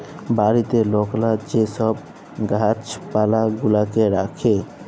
বাড়িতে লকরা যে ছব গাহাচ পালা গুলাকে রাখ্যে